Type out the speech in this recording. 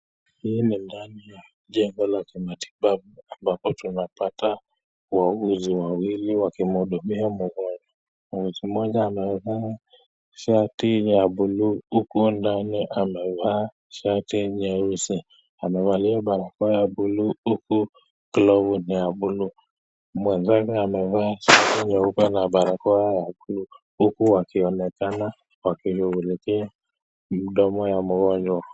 Hii ni ndani ya jengo la kimatibabu ambapo tunapata wauguzi wawili wakimhudumia mgojwa. Muuguzi mmoja amevaa shati ya blue huko ndani amevaa shati nyeusi, amevalia barakoa ya blue huku glovu ni ya blue . Mwenzake amevaa shati nyeupe na barakoa ya blue huku wakionekana wakishughulikia mdomo ya mgonjwa.